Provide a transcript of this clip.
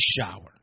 shower